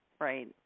right